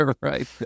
right